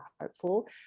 hopeful